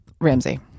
Ramsey